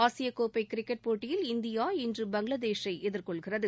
ஆசிய கோப்பை கிரிக்கெட் போட்டியில் இந்தியா இன்று பங்களாதேஷை எதிர்கொள்கிறது